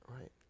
Right